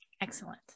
Excellent